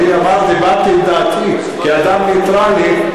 אני הבעתי את דעתי כאדם נייטרלי,